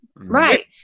Right